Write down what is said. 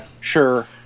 sure